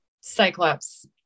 Cyclops